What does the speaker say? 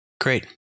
Great